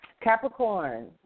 Capricorn